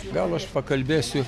gal aš pakalbėsiu